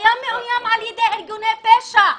היה מאוים על ידי ארגוני פשע?